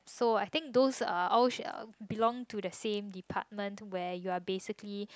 so I think those uh all share belong to the same department where you're basically